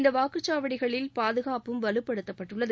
இந்த வாக்குச்சாவடிகளில் பாதுகாப்பும் வலுப்படுத்தப்பட்டுள்ளது